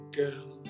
girl